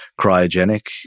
cryogenic